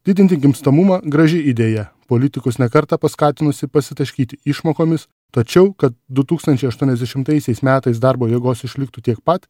didinti gimstamumą graži idėja politikus ne kartą paskatinusi pasitaškyti išmokomis tačiau kad du tūkstančiai aštuoniasdešimtaisiais metais darbo jėgos išliktų tiek pat